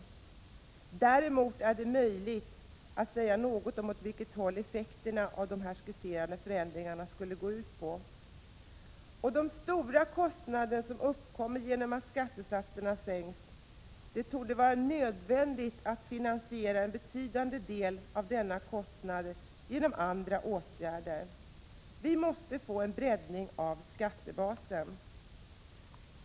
Däremot är det möjligt att säga något om åt vilket håll effekterna av de här skisserade förändringarna skulle gå. Det uppstår en stor kostnad genom att skattesatserna sänks, och det torde vara nödvändigt att finansiera en betydande del av denna kostnad genom andra åtgärder. Vi måste få en breddning av skattebasen.